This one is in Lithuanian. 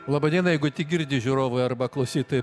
laba diena jeigu tik girdi žiūrovai arba klausytojai